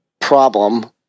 problem